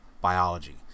biology